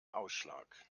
ausschlag